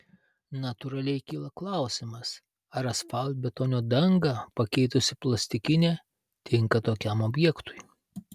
natūraliai kyla klausimas ar asfaltbetonio dangą pakeitusi plastikinė tinka tokiam objektui